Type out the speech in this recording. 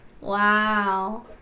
Wow